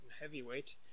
heavyweight